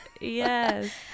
Yes